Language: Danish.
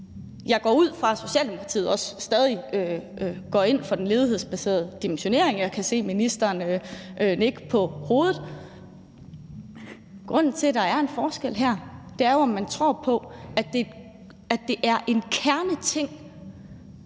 jeg ud fra, at Socialdemokratiet også stadig går ind for den ledighedsbaserede dimensionering, og jeg kan se, at ministeren nikker med hovedet. Grunden til, at der her er en forskel, er jo det her med, om man tror på, at det for at kunne